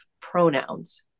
pronouns